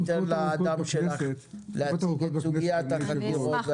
ניתן לאדם שלך להציג את סוגיית החקירות וההתנהלות.